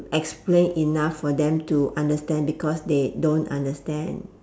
explain enough for them to understand because they don't understand